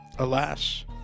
Alas